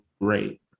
great